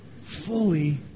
fully